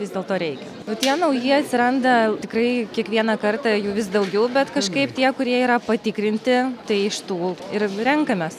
vis dėlto reikia o tie nauji atsiranda tikrai kiekvieną kartą jų vis daugiau bet kažkaip tie kurie yra patikrinti tai iš tų ir renkamės